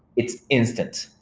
it's instant.